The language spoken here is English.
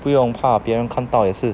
不用怕别人看到也是